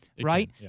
right